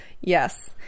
Yes